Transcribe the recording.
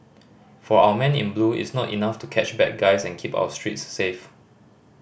for our men in blue it's not enough to catch bad guys and keep our streets safe